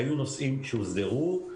היו נושאים שהוסדרו.